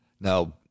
Now